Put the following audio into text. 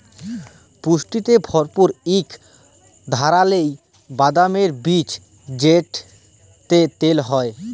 পুষ্টিতে ভরপুর ইক ধারালের বাদামের বীজ যেটতে তেল হ্যয়